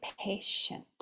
patient